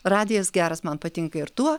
radijas geras man patinka ir tuo